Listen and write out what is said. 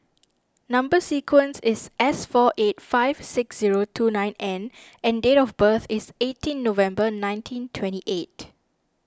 Number Sequence is S four eight five six zero two nine N and date of birth is eighteen November nineteen twenty eight